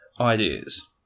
ideas